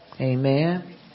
Amen